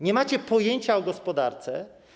Nie macie pojęcia o gospodarce.